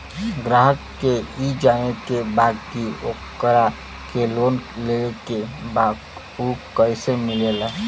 ग्राहक के ई जाने के बा की ओकरा के लोन लेवे के बा ऊ कैसे मिलेला?